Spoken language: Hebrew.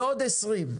ועוד 20,